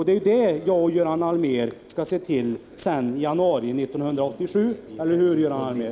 Det är det jag och Göran Allmér skall se till att göra i januari 1987, eller hur, Göran Allmér!